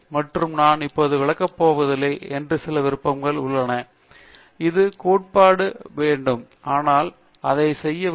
மற்றும் நான் இப்போது விளக்க போவதில்லை என்று ஒரு சில விருப்பங்கள் உள்ளன அது கோட்பாடு ஒரு பிட் வேண்டும் ஆனால் இதை செய்ய விடுங்கள்